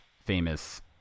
famous